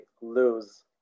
lose